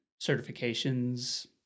certifications